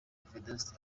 vedaste